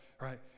Right